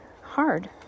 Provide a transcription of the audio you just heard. hard